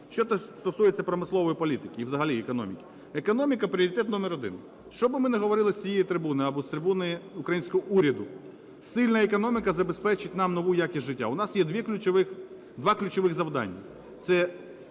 Що стосується промислової політики і взагалі економіки. Економіка – пріоритет номер один. Що би ми не говорили з цієї трибуни або з трибуни українського уряду, сильна економіка забезпечить нам нову якість життя. У нас є 2 ключових завдання: